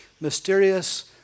mysterious